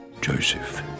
Joseph